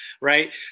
Right